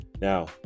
Now